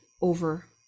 over